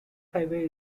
highway